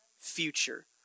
future